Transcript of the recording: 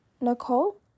Nicole